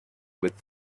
with